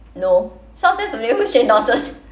no sounds very familiar who's shayne dawson